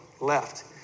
left